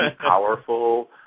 powerful